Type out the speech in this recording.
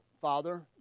Father